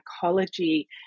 psychology